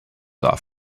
off